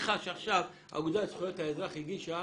שעכשיו האגודה לזכויות האזרח הגישה